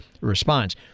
response